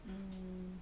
mmhmm